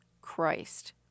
Christ